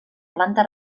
planta